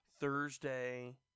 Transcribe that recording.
Thursday